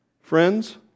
Friends